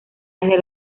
desde